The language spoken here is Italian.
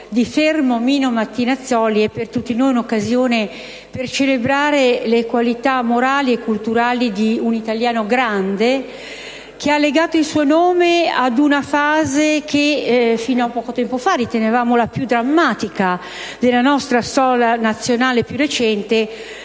di Fermo Mino Martinazzoli è per tutti noi un'occasione per celebrare le qualità morali e culturali di un italiano grande, che ha legato il suo nome ad una fase che, fino a poco tempo fa, prima di vivere quella attuale, ritenevamo la più drammatica della nostra storia nazionale più recente.